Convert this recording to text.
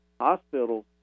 hospitals